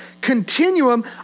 continuum